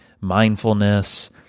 mindfulness